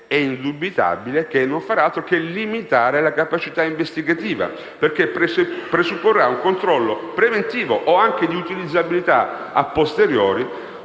indubitabilmente, non farà altro che limitare la capacità investigativa. Essa presupporrà, infatti, un controllo preventivo, o anche di utilizzabilità *a posteriori*,